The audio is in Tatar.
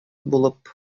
булып